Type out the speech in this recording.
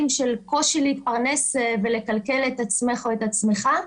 של קושי להתפרנס ולכלכל את עצמך או עצמך,